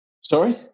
Sorry